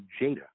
Jada